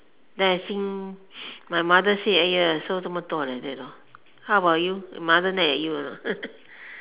then I see my mother say !aiya! 收这么多 like that how about you your mother nag at you or not